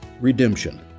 Redemption